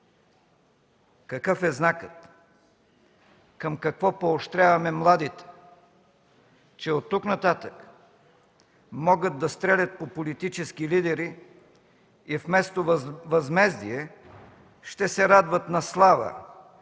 Какъв е знакът, към какво поощряваме младите? Че оттук нататък могат да стрелят по политически лидери и вместо възмездие, ще се радват на слава